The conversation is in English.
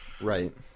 Right